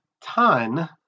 ton